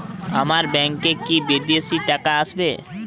আমার ব্যংকে কি বিদেশি টাকা আসবে?